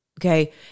okay